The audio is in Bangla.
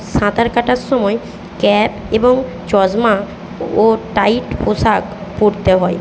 সাঁতার কাটার সময় ক্যাপ এবং চশমা ও টাইট পোশাক পরতে হয়